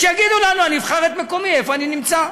שיגידו לנו, אני אבחר את מקומי, איפה אני נמצא.